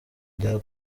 rya